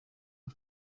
auf